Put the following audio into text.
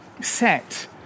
set